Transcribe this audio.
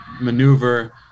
maneuver